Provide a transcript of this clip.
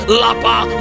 lapa